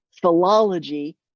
philology